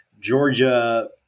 Georgia